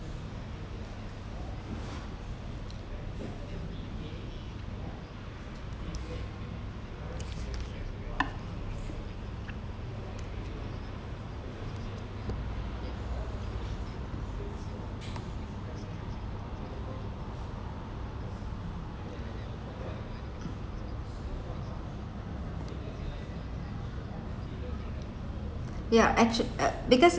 yeah actua~ uh because